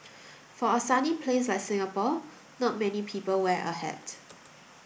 for a sunny place like Singapore not many people wear a hat